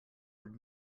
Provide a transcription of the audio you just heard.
would